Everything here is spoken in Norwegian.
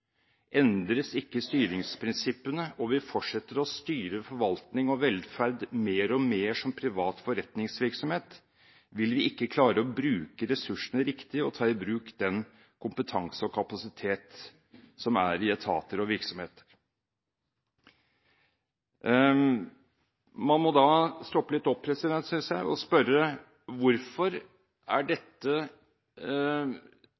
ikke styringsprinsippene og vi fortsetter å styre forvaltning og velferd mer og mer som privat forretningsvirksomhet, vil vi ikke klare å bruke ressursene riktig og ta i bruk den kompetanse og kapasitet som er i etater og virksomheter.» Man må nå stoppe litt opp, synes jeg, og spørre hvorfor